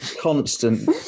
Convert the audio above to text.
constant